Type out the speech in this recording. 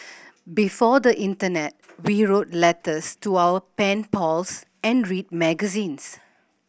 before the internet we wrote letters to our pen pals and read magazines